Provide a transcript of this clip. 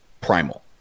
primal